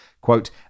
quote